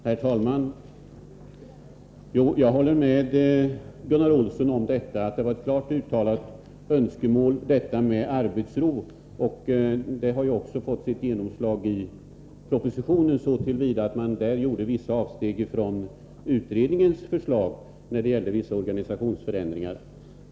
Herr talman! Jag håller med Gunnar Olsson om att det var ett klart uttalat önskemål att man skulle få arbetsro. Det har ju också fått sitt genomslag i propositionen så till vida att man där gjort vissa avsteg från utredningens förslag när det gällt vissa organisationsförändringar.